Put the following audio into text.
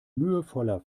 mühevoller